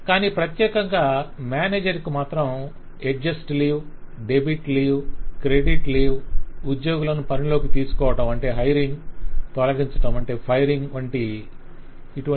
కానీ ప్రత్యేకంగా మేనేజర్ కు మాత్రం adjust leave debit leave credit leave ఉద్యోగులను పనిలోకి తీసుకోవడం తొలగించడం వంటి